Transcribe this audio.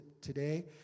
today